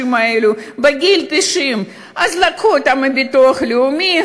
האלה בגיל 90. אז לקחו אותם מביטוח לאומי,